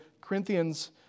Corinthians